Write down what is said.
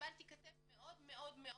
וקיבלתי כתף מאוד מאוד קרה.